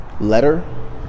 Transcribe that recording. letter